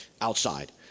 outside